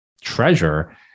treasure